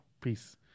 Peace